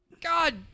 god